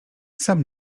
sam